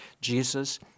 Jesus